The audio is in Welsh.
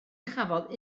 chafodd